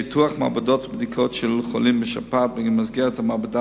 פיתוח מעבדות לבדיקות של חולים בשפעת במסגרת המעבדה